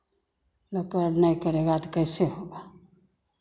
न कर नहीं करेगा तो कैसे होगा